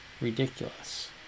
ridiculous